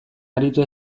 aritu